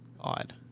odd